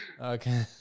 okay